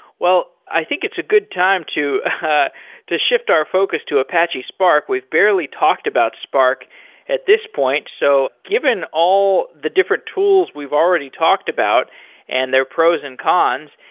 well, i think it's a good time to ah to shift our focus to apache spark. we've barely talked about spark at this point. so given all the different tools we've already talked about and their pros and cons,